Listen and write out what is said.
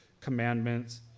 commandments